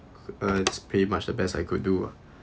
uh it's pretty much the best I could do ah